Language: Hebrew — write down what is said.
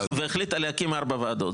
והחליטה להקים ארבע ועדות.